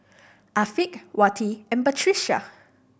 Afiq Wati and Batrisya